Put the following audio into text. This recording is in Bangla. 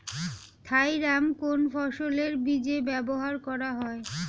থাইরাম কোন ফসলের বীজে ব্যবহার করা হয়?